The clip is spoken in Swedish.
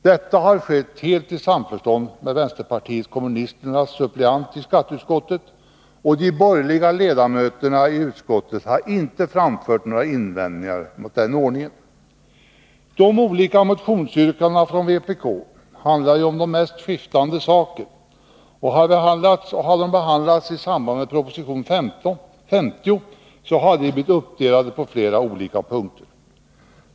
Detta har skett helt i samförstånd med vänsterpartiet kommunisternas suppleant i skatteutskottet, och de borgerliga ledamöterna i utskottet har inte framfört några invändningar mot den ordningen. De olika motionsyrkandena från vpk handlar ju om de mest skiftande saker, och hade de behandlats i samband med proposition 50 hade de blivit uppdelade på flera olika punkter.